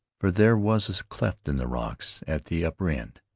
for there was a cleft in the rocks at the upper end,